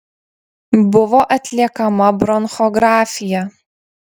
buvo atliekama bronchografija